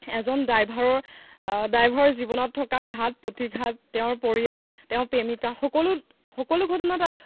এজন ড্ৰাইভাৰৰ ড্ৰাইভাৰৰ জীৱনত থকা ঘাত প্ৰতিঘাত তেওঁৰ পৰিয়াল তেওঁ প্ৰেমিকা সকলো সকলো ঘটনা তাত